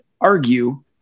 argue